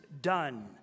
done